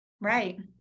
Right